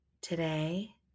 Today